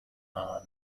are